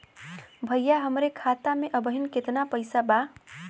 भईया हमरे खाता में अबहीं केतना पैसा बा?